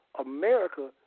America